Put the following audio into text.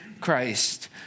Christ